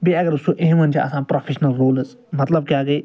بیٚیہِ اَگر أسۍ وُچھُو یِمَن چھِ آسان پرٛوفیشنَل روٗلٕز مطلب کیٛاہ گٔے